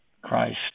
Christ